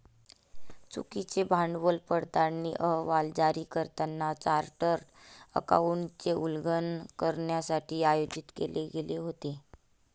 चुकीचे भांडवल पडताळणी अहवाल जारी करताना चार्टर्ड अकाउंटंटचे उल्लंघन करण्यासाठी आयोजित केले गेले होते